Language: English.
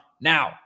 Now